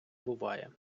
буває